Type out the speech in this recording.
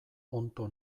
onddo